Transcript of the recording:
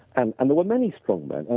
and and there were many strongmen. and